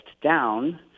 down